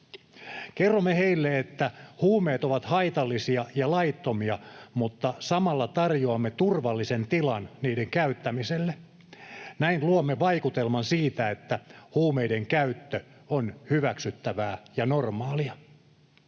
Kerromme heille, että huumeet ovat haitallisia ja laittomia, mutta samalla tarjoamme turvallisen tilan niiden käyttämiselle. Näin luomme vaikutelman siitä, että huumeiden käyttö on hyväksyttävää ja normaalia.